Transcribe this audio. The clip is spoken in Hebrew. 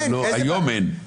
כשהיום אין.